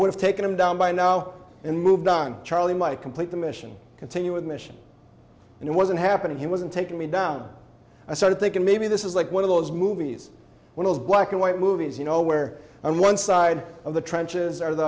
would have taken him down by now and moved on charlie my complete the mission continue with mission and it wasn't happening he wasn't taking me down i started thinking maybe this is like one of those movies when i was black and white movies you know where on one side of the trenches